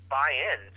buy-in